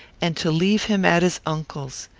and to leave him at his uncle's.